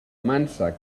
mansa